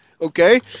Okay